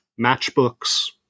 matchbooks